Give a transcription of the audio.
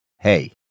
Hey